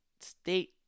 state